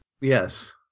Yes